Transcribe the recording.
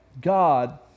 God